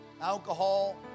alcohol